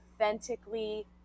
authentically